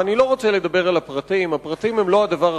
וכאן הפרטים הם לא הדבר החשוב,